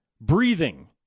breathing